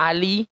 Ali